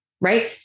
right